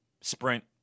sprint